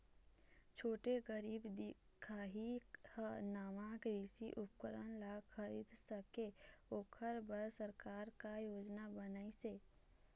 छोटे गरीब दिखाही हा नावा कृषि उपकरण ला खरीद सके ओकर बर सरकार का योजना बनाइसे?